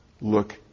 look